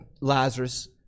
Lazarus